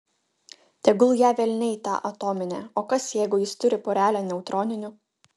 tegul ją velniai tą atominę o kas jeigu jis turi porelę neutroninių